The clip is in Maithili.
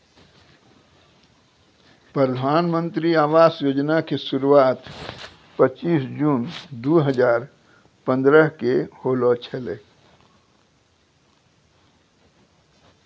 प्रधानमन्त्री आवास योजना के शुरुआत पचीश जून दु हजार पंद्रह के होलो छलै